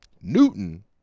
Newton